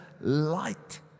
light